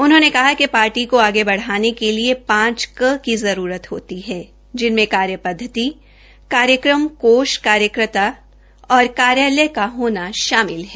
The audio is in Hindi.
उन्होंने कहा कि पार्टी को आगे बढ़ाने के लिए पांच क की जरूरत होती है जिसमें कार्य प्रद्वति कार्यक्रम कोष कार्यकर्ता और कार्यालय का होना शामिल है